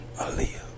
Aaliyah